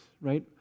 right